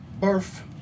birth